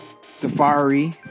Safari